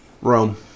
Rome